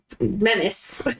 menace